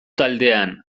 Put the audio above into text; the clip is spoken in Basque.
taldean